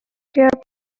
hearing